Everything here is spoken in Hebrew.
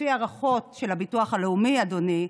לפי הערכות של הביטוח הלאומי, אדוני,